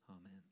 Amen